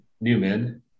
newman